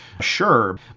Sure